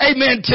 Amen